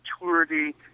maturity